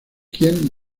quien